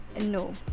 No